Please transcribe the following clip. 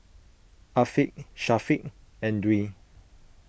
Afiq Syafiq and Dwi